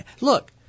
Look